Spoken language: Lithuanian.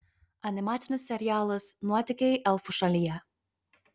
animacinis serialas nuotykiai elfų šalyje